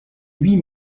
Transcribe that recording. huit